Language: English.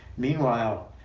meanwhile,